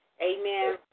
amen